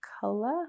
color